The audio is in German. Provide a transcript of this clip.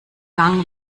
gang